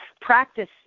Practice